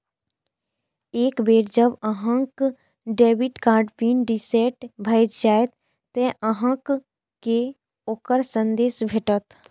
एक बेर जब अहांक डेबिट कार्ड पिन रीसेट भए जाएत, ते अहांक कें ओकर संदेश भेटत